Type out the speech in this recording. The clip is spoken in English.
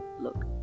look